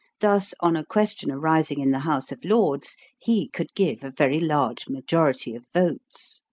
thus, on a question arising in the house of lords, he could give a very large majority of votes.